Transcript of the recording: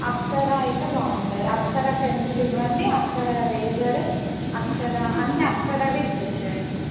అప్సర అయితే బాగుంటుంది అప్సర పెన్సిల్ ఇవ్వండి అప్సర ఎరేజరు అప్సర అన్నీ అప్సరవి ఇచ్చేసేయండి